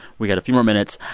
we got few more minutes.